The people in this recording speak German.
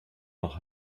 nach